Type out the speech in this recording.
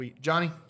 Johnny